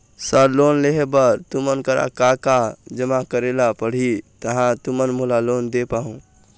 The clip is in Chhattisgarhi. सर लोन लेहे बर तुमन करा का का जमा करें ला पड़ही तहाँ तुमन मोला लोन दे पाहुं?